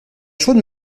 chaude